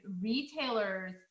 retailers